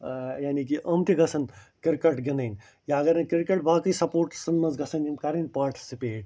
ٲں یعنی کہِ یِم تہِ گژھَن کِرکٹ گِنٛدٕنۍ یا اگر نہٕ کِرکٹ باقٕے سپورٹسَن منٛز گَژھن یِم کَرٕنۍ پارٹسِپیٹ